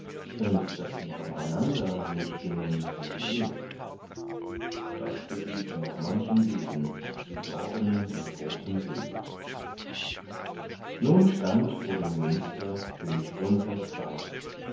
und daß sie beieinander nicht gingen so wie eh das geriet noch manchen degen zu sorgen und großem weh nun stand vor dem münster könig gunthers weib